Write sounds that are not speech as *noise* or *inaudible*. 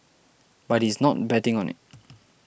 but he's not betting on it *noise*